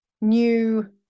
new